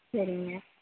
சரிங்க